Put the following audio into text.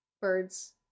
Birds